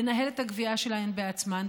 לנהל את הגבייה שלהן בעצמן,